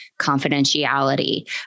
confidentiality